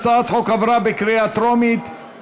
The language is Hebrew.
ההצעה להעביר את הצעת חוק שעות עבודה ומנוחה (תיקון,